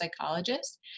psychologist